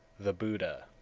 the buddha